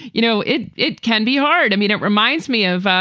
you know, it it can be hard. i mean, it reminds me of,